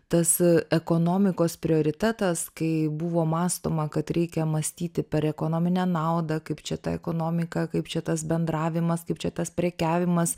tas ekonomikos prioritetas kai buvo mąstoma kad reikia mąstyti per ekonominę naudą kaip čia ta ekonomika kaip čia tas bendravimas kaip čia tas prekiavimas